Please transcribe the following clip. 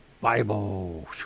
Bible